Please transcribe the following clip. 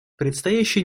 предстоящие